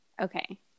Okay